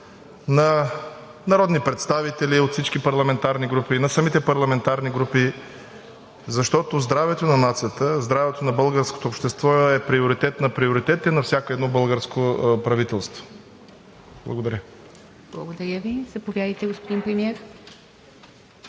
на народни представители от всички парламентарни групи, на самите парламентарни групи, защото здравето на нацията, здравето на българското общество е приоритет на приоритетите на всяко едно българско правителство. Благодаря. ПРЕДСЕДАТЕЛ ИВА МИТЕВА: Благодаря Ви. Заповядайте, господин Премиер.